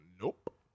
Nope